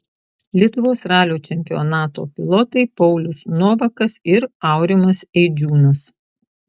lietuvos ralio čempionato pilotai paulius novakas ir aurimas eidžiūnas